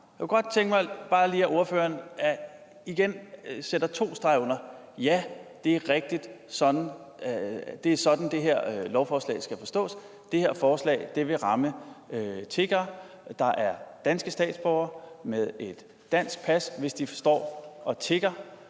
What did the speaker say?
Jeg kunne godt tænke mig, at ordføreren bare lige igen satte to streger under, at det er rigtigt, at det her lovforslag skal forstås sådan, at det vil ramme tiggere, der er danske statsborgere med dansk pas, hvis de står og tigger,